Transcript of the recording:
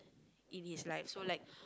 in his life so like